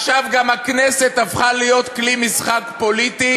עכשיו גם הכנסת הפכה להיות כלי משחק פוליטי